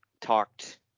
talked